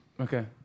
Okay